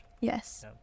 Yes